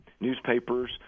newspapers